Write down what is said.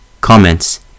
Comments